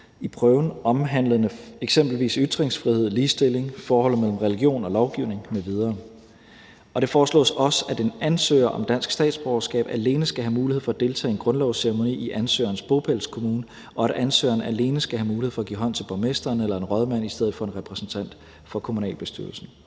værdier, omhandlende eksempelvis ytringsfrihed, ligestilling, forholdet mellem religion og lovgivning m.v. Det foreslås også, at en ansøger om dansk statsborgerskab alene skal have mulighed for at deltage i en grundlovsceremoni i ansøgerens bopælskommune, og at ansøgeren alene skal have mulighed for at give hånd til borgmesteren eller en rådmand i stedet for en repræsentant for kommunalbestyrelsen.